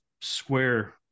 square